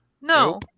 No